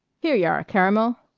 here y'are, caramel.